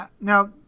Now